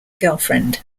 girlfriend